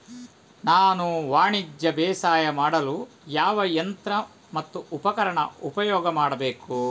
ನಾನು ವಾಣಿಜ್ಯ ಬೇಸಾಯ ಮಾಡಲು ಯಾವ ಯಂತ್ರ ಮತ್ತು ಉಪಕರಣ ಉಪಯೋಗ ಮಾಡಬೇಕು?